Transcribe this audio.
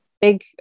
big